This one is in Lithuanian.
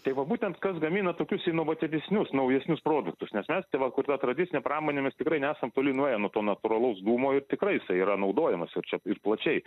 tai va būtent kas gamina tokius inovatyvesnius naujesnius produktus nes mes tai va kur ta tradicinė pramonė mes tikrai nesam toli nuėję nuo to natūralaus dūmo ir tikrai jisai yra naudojamas va čia ir plačiai